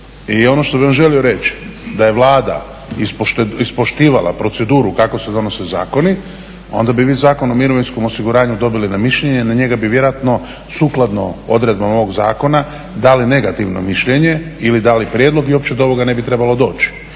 i ono što bih vam želio reći da je Vlada ispoštivala proceduru kako se donose zakone onda bi vi Zakon o mirovinskom osiguranju dobili na mišljenje i na njega bi vjerojatno sukladno odredbama ovog zakona dali negativno mišljenje ili dali prijedlog i uopće do ovoga ne bi trebalo doći.